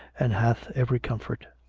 and hath every comfort.